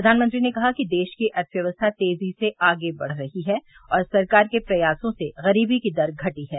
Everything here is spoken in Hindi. प्रधानमंत्री ने कहा कि देश की अर्थव्यवस्था तेजी से आगे बढ़ रही है और सरकार के प्रयासों से गरीबी की दर घटी है